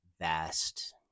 vast